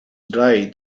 dry